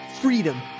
freedom